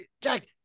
Jack